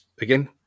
Again